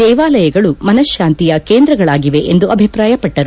ದೇವಾಲಯಗಳು ಮನಶ್ಯಾಂತಿಯ ಕೇಂದ್ರಗಳಾಗಿವೆ ಎಂದು ಅಭಿಪ್ರಾಯಪಟ್ಟರು